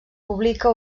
publica